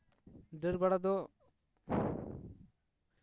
ᱫᱟᱹᱲ ᱵᱟᱲᱟ ᱫᱚ